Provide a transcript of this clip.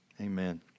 Amen